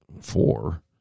four